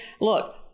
Look